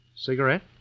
Cigarette